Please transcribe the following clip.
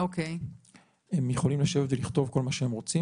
הם יכולים לשבת ולכתוב כל מה שהם רוצים,